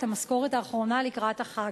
את המשכורות לקראת החג,